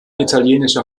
italienischer